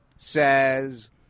says